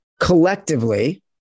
collectively